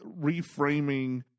reframing